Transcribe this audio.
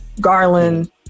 Garland